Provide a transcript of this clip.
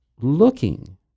looking